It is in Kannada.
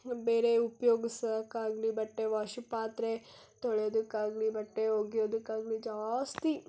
ಬೇರೆ ಉಪ್ಯೋಗ್ಸೋಕ್ಕಾಗ್ಲಿ ಬಟ್ಟೆ ವಾಷು ಪಾತ್ರೆ ತೊಳ್ಯೋದಕ್ಕಾಗ್ಲಿ ಬಟ್ಟೆ ಒಗ್ಯೋದಕ್ಕಾಗ್ಲಿ ಜಾಸ್ತಿ